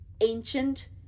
ancient